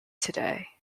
today